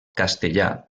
castellà